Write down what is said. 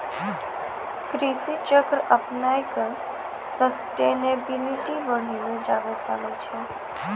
कृषि चक्र अपनाय क सस्टेनेबिलिटी बढ़ैलो जाबे पारै छै